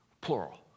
plural